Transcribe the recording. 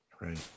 right